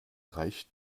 reicht